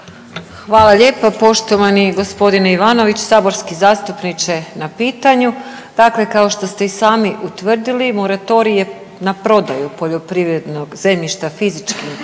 Hvala lijepa poštovani gospodine Ivanović saborski zastupničke na pitanju. Dakle, kao što ste i sami utvrdili moratorij je na prodaju poljoprivrednog zemljišta fizičkim